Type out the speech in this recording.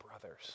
brothers